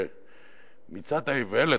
שמצעד האיוולת,